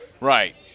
Right